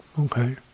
okay